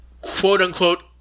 quote-unquote